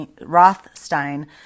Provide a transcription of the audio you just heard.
Rothstein